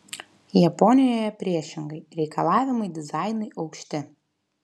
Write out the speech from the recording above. japonijoje priešingai reikalavimai dizainui aukšti